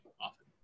often